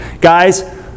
Guys